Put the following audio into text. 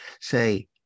say